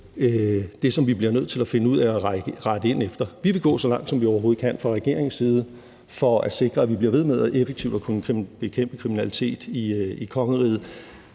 det, som vi bliver nødt til at finde ud af at rette ind efter. Vi vil gå så langt, som vi overhovedet kan, fra regeringens side for at sikre, at vi bliver ved med effektivt at kunne bekæmpe kriminalitet i kongeriget.